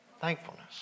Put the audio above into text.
Thankfulness